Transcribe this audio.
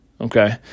okay